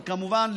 וכמובן,